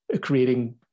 creating